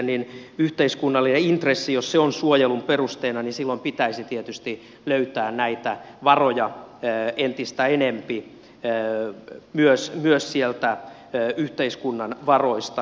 jos yhteiskunnallinen intressi on suojelun perusteena niin silloin pitäisi tietysti löytää näitä varoja entistä enempi myös sieltä yhteiskunnan varoista